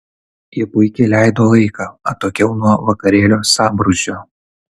ji puikiai leido laiką atokiau nuo vakarėlio sambrūzdžio